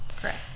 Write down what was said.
correct